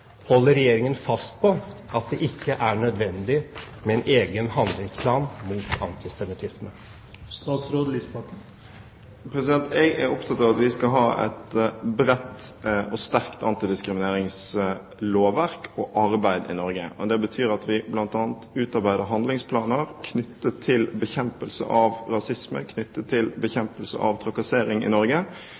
nødvendig med en egen handlingsplan mot antisemittisme? Jeg er opptatt av at vi skal ha et bredt og sterkt antidiskrimineringslovverk og -arbeid i Norge. Det betyr at vi bl.a. utarbeider handlingsplaner knyttet til bekjempelse av rasisme og knyttet til bekjempelse av trakassering i Norge.